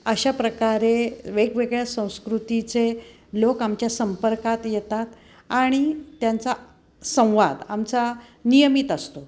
अशा प्रकारे वेगवेगळ्या संस्कृतीचे लोक आमच्या संपर्कात येतात आणि त्यांचा संवाद आमचा नियमित असतो